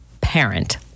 parent